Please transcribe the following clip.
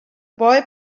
boy